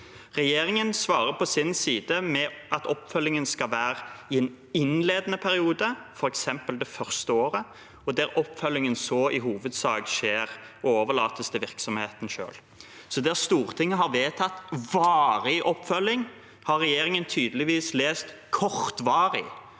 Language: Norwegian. Regjeringen svarer på sin side med at oppfølgingen skal være i en innledende periode, f.eks. det første året, og at oppfølgingen så i hovedsak skjer i og overlates til virksomheten selv. Der Stortinget har vedtatt varig oppfølging, har regjeringen tydeligvis lest kortvarig.